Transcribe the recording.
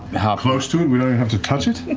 ah close to it, we don't even have to touch it?